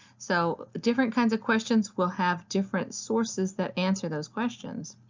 so different kinds of questions will have different sources that answer those questions.